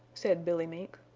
said billy mink.